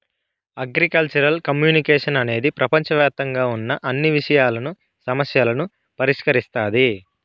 agricultural communication అనేది ప్రపంచవ్యాప్తంగా ఉన్న అన్ని విషయాలను, సమస్యలను పరిష్కరిస్తాది